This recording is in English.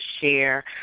share